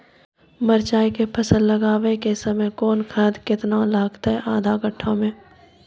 मिरचाय के फसल लगाबै के समय कौन खाद केतना लागतै आधा कट्ठा मे?